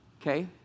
okay